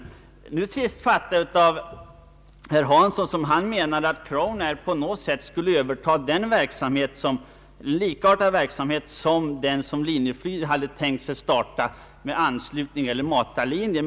Det verkade som om herr Hansson menade att Crownair på något sätt skulle överta liknande verksamhet som den som Linjeflyg hade tänkt starta med matarlinjer.